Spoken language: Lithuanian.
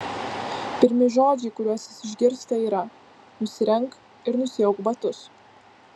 pirmi žodžiai kuriuos jis išgirsta yra nusirenk ir nusiauk batus